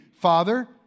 Father